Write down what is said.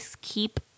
keep